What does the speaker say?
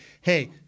hey